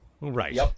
Right